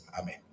Amen